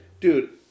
Dude